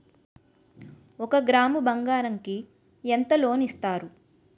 ఒక గ్రాము బంగారం కి ఎంత లోన్ ఇస్తారు?